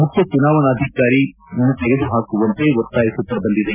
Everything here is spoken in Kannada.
ಮುಖ್ಯ ಚುನಾವಣಾಧಿಕಾರಿ ಹುದ್ದೆಯಿಂದ ತೆಗೆದುಹಾಕುವಂತೆ ಒತ್ತಾಯಿಸುತ್ತಾ ಬಂದಿದೆ